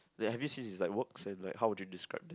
like have you seen his like works and like how would you describe them